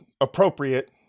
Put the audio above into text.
appropriate